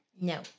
No